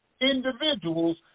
individuals